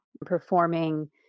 performing